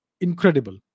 Incredible